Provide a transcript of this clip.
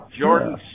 Jordan